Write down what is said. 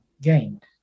gained